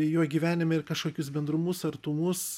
jo gyvenime ir kažkokius bendrumus artumus